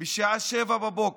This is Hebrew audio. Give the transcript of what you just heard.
בשעה 07:00